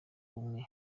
ubumwe